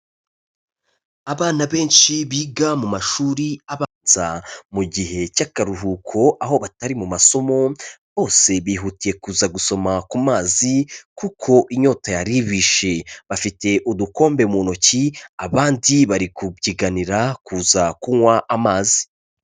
Abana benshi biga mu mashuri abanza, mu gihe cy'akaruhuko aho batari mu masomo, bose bihutiye kuza gusoma ku mazi kuko inyota yari ibishe, bafite udukombe mu ntoki, abandi bari kubyiganira kuza kunywa amazi.